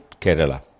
Kerala